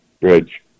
bridge